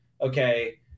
okay